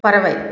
பறவை